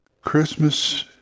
Christmas